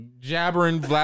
jabbering